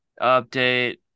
update